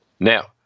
Now